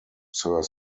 sir